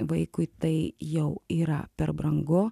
vaikui tai jau yra per brangu